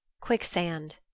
Quicksand